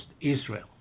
Israel